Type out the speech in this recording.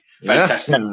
Fantastic